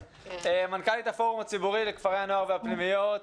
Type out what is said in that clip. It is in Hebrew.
מנכ"לית הפורום הציבורי לכפרי הנוער והפנימיות,